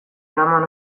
eraman